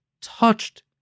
touched